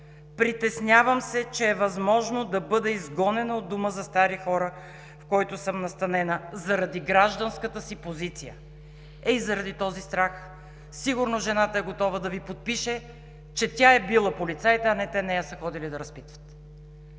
Притеснявам се, че е възможно да бъда изгонена от Дома за стари хора, в който съм настанена, заради гражданската си позиция.“ Ето заради този страх жената сигурно е готова да Ви подпише, че тя е била полицаите, а не те нея са ходили да разпитват.